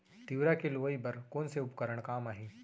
तिंवरा के लुआई बर कोन से उपकरण काम आही?